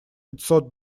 пятьсот